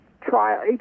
trial